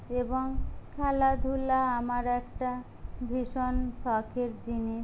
এবং খেলাধূলা আমার একটা ভীষণ শখের জিনিস